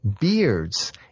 beards